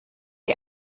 die